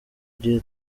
gihe